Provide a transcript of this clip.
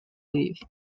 leave